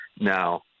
Now